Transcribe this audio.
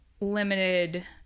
limited